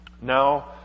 Now